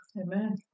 Amen